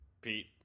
Pete